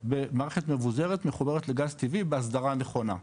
ומערכת מבוזרת מחוברת לגז טבעי בהסדרה נכונה,